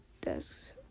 desks